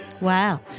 Wow